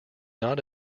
not